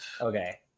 okay